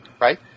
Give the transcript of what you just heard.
right